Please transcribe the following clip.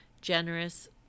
generous